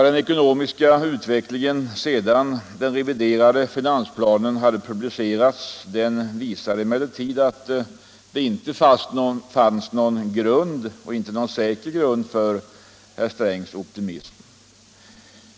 Den ekonomiska utvecklingen sedan den reviderade finansplanen publicerades har emellertid visat att det inte fanns någon säker grund för herr Strängs optimism.